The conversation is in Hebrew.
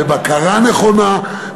בבקרה נכונה,